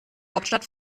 hauptstadt